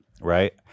Right